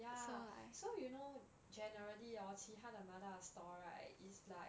ya so you know generally hor 其他的麻辣 stall right is like